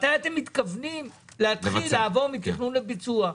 מתי אתם מתכוונים להתחיל לעבור מתכנון לביצוע?